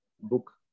book